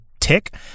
tick